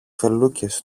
φελούκες